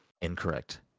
Incorrect